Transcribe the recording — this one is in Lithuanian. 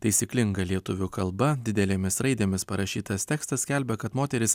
taisyklinga lietuvių kalba didelėmis raidėmis parašytas tekstas skelbia kad moteris